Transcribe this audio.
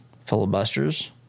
filibusters